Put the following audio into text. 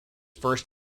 first